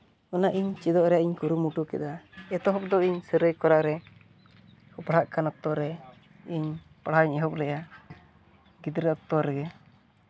ᱚᱱᱟ ᱤᱧ ᱪᱮᱫᱚᱜ ᱨᱮᱭᱟᱜ ᱤᱧ ᱠᱩᱨᱩᱢᱩᱴᱩ ᱠᱮᱫᱟ ᱮᱛᱚᱦᱚᱵ ᱫᱚ ᱤᱧ ᱥᱟᱹᱨᱟᱹᱭᱠᱮᱞᱞᱟ ᱨᱮ ᱯᱟᱲᱦᱟᱜ ᱠᱟᱱ ᱚᱠᱛᱚᱨᱮ ᱤᱧ ᱯᱟᱲᱦᱟᱜ ᱤᱧ ᱮᱦᱚᱵ ᱞᱮᱫᱟ ᱜᱤᱫᱽᱨᱟᱹ ᱚᱠᱛᱚ ᱨᱮᱜᱮ